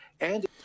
and-